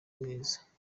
neza